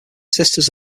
sisters